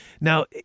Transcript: Now